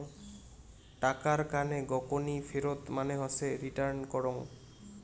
টাকার কানে গকনি ফেরত মানে হসে রিটার্ন করং